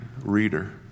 reader